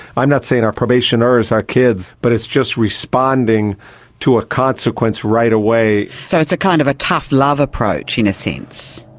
i'm not saying our probationers are kids, but it's just responding to a consequence right away. so it's kind of a tough love approach, in a sense.